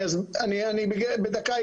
בדקה,